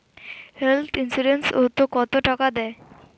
Health insurance ওত কত টাকা দেয়?